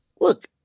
Look